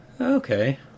Okay